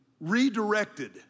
redirected